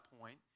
point